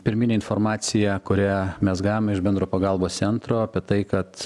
pirminė informacija kurią mes gavome iš bendro pagalbos centro apie tai kad